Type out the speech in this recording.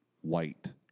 white